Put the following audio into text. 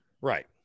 Right